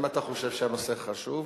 אם אתה חושב שהנושא חשוב,